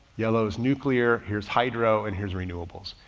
yellow is nuclear. here's hydro and here's renewables.